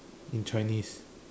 in Chinese